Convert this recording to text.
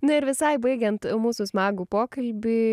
na ir visai baigiant mūsų smagų pokalbį